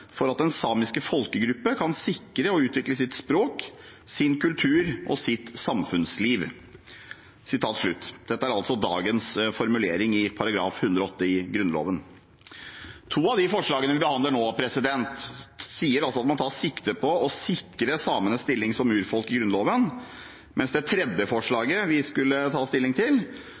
den samiske folkegruppe kan sikre og utvikle sitt språk, sin kultur og sitt samfunnsliv.» Dette er altså dagens formulering i § 108 i Grunnloven. To av forslagene vi nå behandler, sier at man tar sikte på å sikre samenes stilling som urfolk i Grunnloven, mens det tredje forslaget vi skulle ta stilling til,